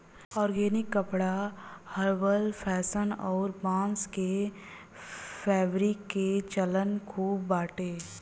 organic कपड़ा herbal fashion अउरी बांस के फैब्रिक के चलन खूब बाटे